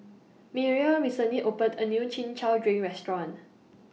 Mireya recently opened A New Chin Chow Drink Restaurant